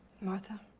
Martha